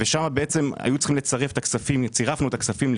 שם צירפנו את הכספים של